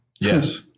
Yes